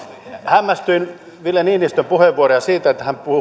hämmästyin ville niinistön puheenvuoroissa siitä että hän